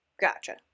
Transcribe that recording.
gotcha